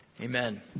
Amen